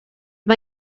mae